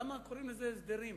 למה קוראים לזה הסדרים?